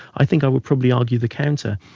i think i would probably argue the counter.